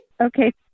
Okay